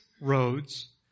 roads